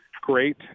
great